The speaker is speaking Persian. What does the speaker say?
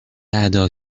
ادا